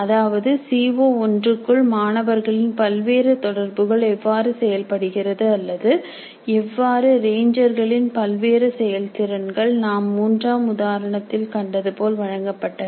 அதாவது சிஓ ஒன்றுக்குள் மாணவர்களின் பல்வேறு தொடர்புகள் எவ்வாறு செயல்படுகிறது அல்லது எவ்வாறு ரேஞ்சர்களின் பல்வேறு செயல்திறன் நாம் மூன்றாம் உதாரணத்தில் கண்டதுபோல் வழங்கப்பட்டன